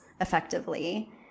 effectively